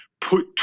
put